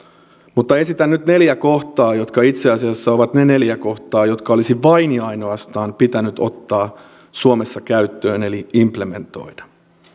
mutta esitän nyt neljä kohtaa jotka itse asiassa ovat ne neljä kohtaa jotka vain ja ainoastaan olisi pitänyt ottaa suomessa käyttöön eli implementoida